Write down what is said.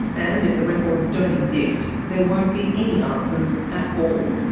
and if the records don't exist, there won't be any answers at all.